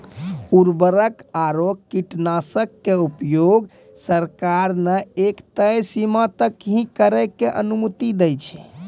उर्वरक आरो कीटनाशक के उपयोग सरकार न एक तय सीमा तक हीं करै के अनुमति दै छै